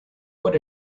what